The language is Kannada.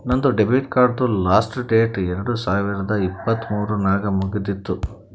ನಂದ್ ಡೆಬಿಟ್ ಕಾರ್ಡ್ದು ಲಾಸ್ಟ್ ಡೇಟ್ ಎರಡು ಸಾವಿರದ ಇಪ್ಪತ್ ಮೂರ್ ನಾಗ್ ಮುಗಿತ್ತುದ್